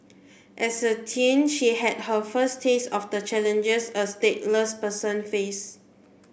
as a teen she had her first taste of the challenges a stateless person face